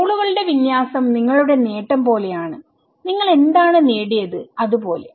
റോളുകളുടെ വിന്യാസം നിങ്ങളുടെ നേട്ടം പോലെയാണ് നിങ്ങൾ എന്താണ് നേടിയത് അത് പോലെ